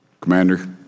Commander